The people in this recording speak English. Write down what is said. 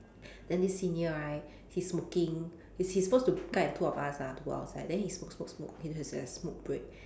then this senior right he smoking he's he's supposed to guide the two of us ah to go outside then he smoke smoke smoke he his err smoke break